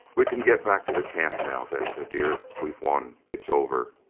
we can get back to the camp now. venza dear, we've won it's over.